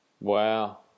Wow